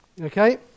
Okay